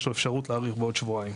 יש לו אפשרות להאריך בעוד שבועיים.